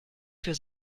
für